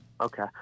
Okay